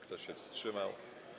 Kto się wstrzymał?